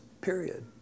period